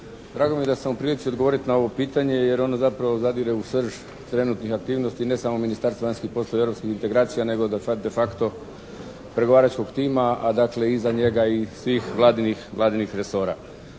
Drago mi je da sam u prilici odgovoriti na ovo pitanje jer ono zapravo zadire u srž trenutnih aktivnosti, ne samo Ministarstva vanjskih poslova i europskih integracije nego de facto pregovaračkog tima, a dakle iza njega i svih Vladinih resora.